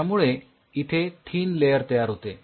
यामुळे इथे thin layer तयार होते